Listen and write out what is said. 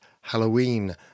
Halloween